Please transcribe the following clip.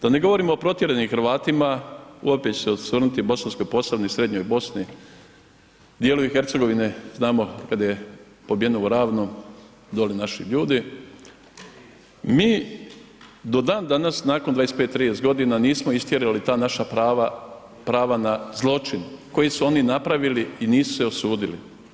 Da ne govorimo o protjeranim Hrvatima, opet ću se osvrnuti Bosanskoj Posavini, Srednjoj Bosni, dijelu i Hercegovine, znamo kad je pobijeno u Ravnu, doli naši ljudi, mi do dan danas nakon 25-30.g. nismo istjerali ta naša prava, prava na zločin koji su oni napravili i nisu se osudili.